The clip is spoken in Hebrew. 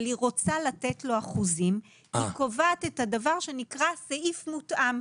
אבל היא רוצה לתת אחוזים היא קובעת את הדבר שנקרא סעיף מותאם.